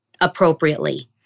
appropriately